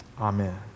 Amen